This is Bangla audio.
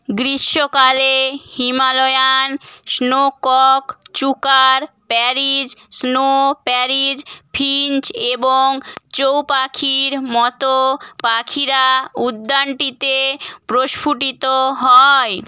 গ্রীষ্মকালে Himalayan snowcock chukar partridge snow partridge finch এবং চৌ পাখির মতো পাখিরা উদ্যানটিতে প্রস্ফুটিত হয়